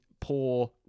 poor